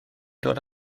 dod